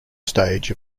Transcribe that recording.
stage